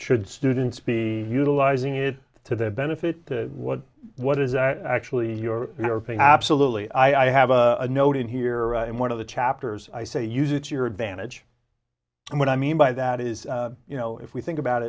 should students be utilizing it to their benefit to what what is that actually paying absolutely i have a note in here and one of the chapters i say use it to your advantage and what i mean by that is you know if we think about